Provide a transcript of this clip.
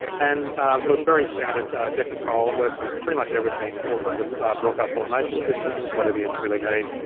and so it's very standard deck controller. it works with pretty much everything, all kinds of broadcast automation systems, whatever you really need.